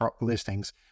listings